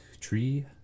tree